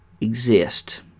exist